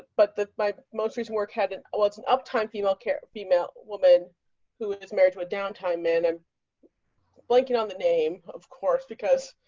but the most recent work had it was an uptime female care female woman who and is married to a downtime. man, i'm blanking on the name of course because